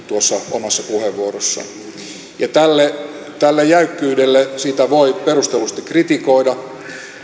omassa puheenvuorossaan tätä jäykkyyttä voi perustellusti kritikoida